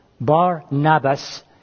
Barnabas